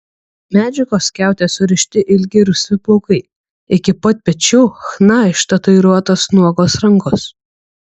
medžiagos skiaute surišti ilgi rusvi plaukai iki pat pečių chna ištatuiruotos nuogos rankos